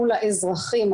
מול האזרחים,